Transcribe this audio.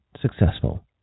successful